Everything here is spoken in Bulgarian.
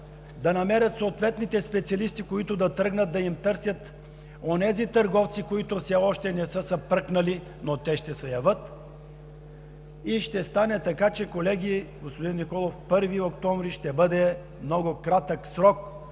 да намерят съответните специалисти, които да тръгнат да им търсят онези търговци, които все още не са се пръкнали, но те ще се явят. Ще стане така, че, колеги, господин Николов, 1 октомври ще бъде много кратък срок,